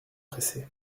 pressés